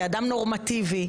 כאדם נורמטיבי,